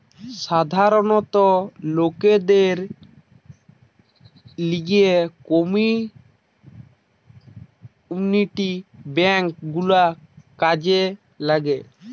জনসাধারণ লোকদের লিগে কমিউনিটি বেঙ্ক গুলা কাজে লাগে